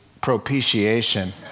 propitiation